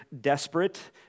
desperate